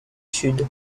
sud